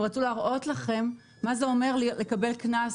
הם רצו להראות לכם מה זה אומר לקבל קנס,